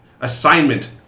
Assignment